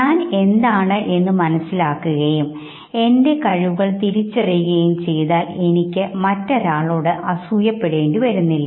ഞാൻ എന്താണെന്ന്മനസ്സിലാക്കുകയും എൻറെ കഴിവുകൾ തിരിച്ചറിയുകയും ചെയ്താൽ എനിക്ക് മറ്റൊരാളോട് അസൂയപ്പെടേണ്ടി വരുന്നില്ല